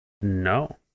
no